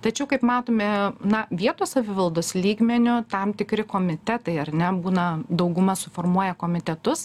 tačiau kaip matome na vietos savivaldos lygmeniu tam tikri komitetai ar ne būna dauguma suformuoja komitetus